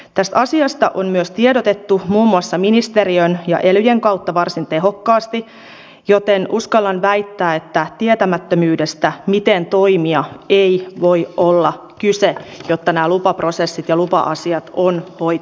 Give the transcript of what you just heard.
tästä asiasta on myös tiedotettu muun muassa ministeriön ja elyjen kautta varsin tehokkaasti joten uskallan väittää että tietämättömyydestä miten toimia ei voi olla kyse siinä että nämä lupaprosessit ja lupa asiat ovat hoitamatta